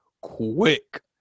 quick